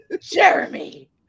Jeremy